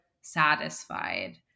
satisfied